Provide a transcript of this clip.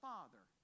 Father